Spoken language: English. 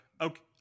okay